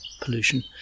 pollution